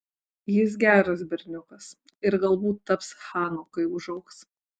jis geras berniukas ir galbūt taps chanu kai užaugs